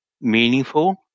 meaningful